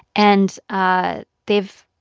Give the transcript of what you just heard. and ah they've,